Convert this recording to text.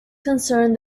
concerned